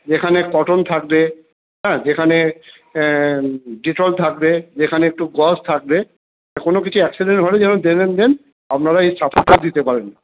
যেখানে কটন থাকবে যেখানে ডেটল থাকবে যেখানে একটু গজ থাকবে কোনো কিছু অ্যাকসিডেন্ট হলে দেন অ্যান্ড দেন আপনারা এই সাপোর্টটা দিতে পারবেন